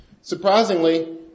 Surprisingly